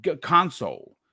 console